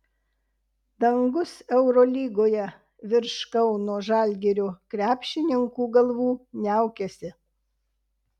dangus eurolygoje virš kauno žalgirio krepšininkų galvų niaukiasi